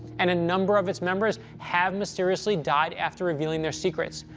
and a number of its members have mysteriously died after revealing their secrets.